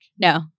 No